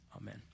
Amen